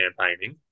campaigning